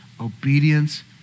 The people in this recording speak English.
obedience